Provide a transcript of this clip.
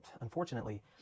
unfortunately